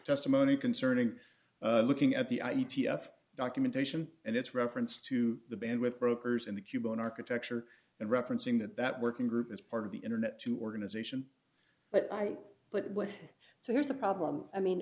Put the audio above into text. testimony concerning looking at the i e t f documentation and its reference to the band with brokers in the cuban architecture and referencing that that working group is part of the internet to organization but i but what so here's the problem i mean